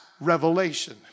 revelation